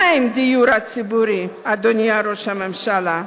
מה עם הדיור הציבורי, אדוני ראש הממשלה?